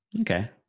Okay